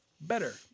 better